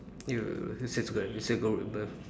you this is good you still go remember